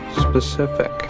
specific